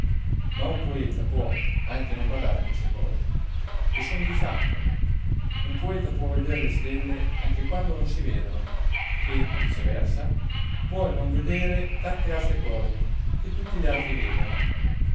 ma un poeta può anche non badare a queste cose che son di fatto un poeta può veder le stelle anche quando non si vedono e viceversa poi non vedere tant'altre cose che tutti gli altri vedono